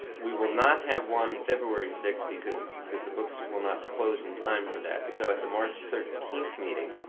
we will not have one february sixth because because the books will not close in time for that. so at the march thirteenth meeting